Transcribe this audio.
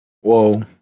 Whoa